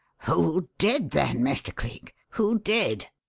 who did, then, mr. cleek? who did?